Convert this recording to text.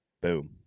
Boom